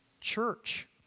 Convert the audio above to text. church